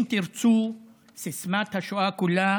אם תרצו, סיסמת השואה כולה